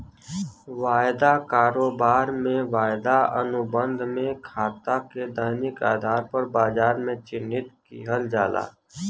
वायदा कारोबार में, वायदा अनुबंध में खाता के दैनिक आधार पर बाजार में चिह्नित किहल जाला